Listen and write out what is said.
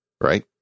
right